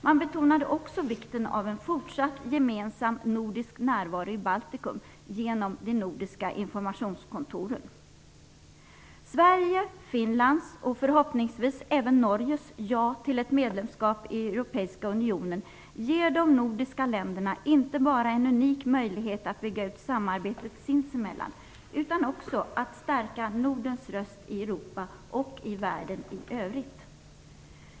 Man betonade också vikten av en fortsatt gemensam nordisk närvaro i Baltikum genom de nordiska informationskontoren. Sveriges, Finlands och förhoppningsvis även Norges ja till ett medlemskap i Europeiska unionen ger de nordiska länderna inte bara en unik möjlighet att bygga ut samarbetet sinsemellan utan också att stärka Nordens röst i Europa och i världen i övrigt.